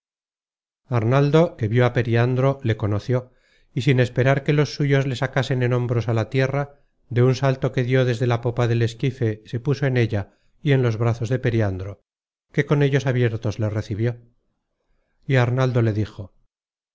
arnaldo que vió á periandro le conoció y sin esperar que los suyos le sacasen en hombros á la tierra de un salto que dió desde la popa del esquife se puso en ella y en los brazos de periandro que con ellos abiertos le recibió y arnaldo le dijo